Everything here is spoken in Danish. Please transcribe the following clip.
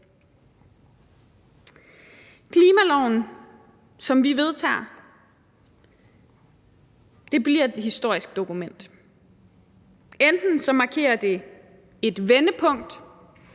Klimaloven, som vi vedtager, bliver et historisk dokument. Enten markerer det et vendepunkt